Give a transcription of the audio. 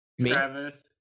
Travis